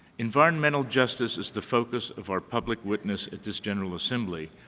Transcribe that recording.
environmental justice is the focus of our public witness at this general assembly,